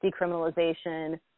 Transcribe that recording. decriminalization